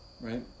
right